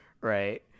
right